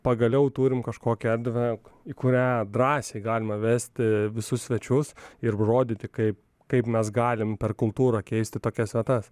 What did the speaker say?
pagaliau turim kažkokią erdvę į kurią drąsiai galima vesti visus svečius ir rodyti kai kaip mes galim per kultūrą keisti tokias vietas